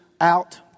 out